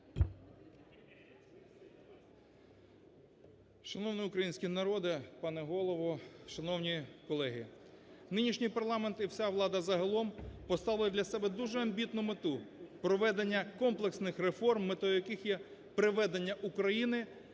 Шановний український народе, пане Голово, шановні колеги! Нинішній парламент і всі влада загалом поставили для себе дуже амбітну мету – проведення комплексних реформ, метою яких є приведення України